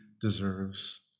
deserves